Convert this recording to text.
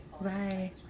Bye